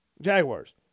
Jaguars